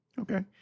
Okay